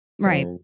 Right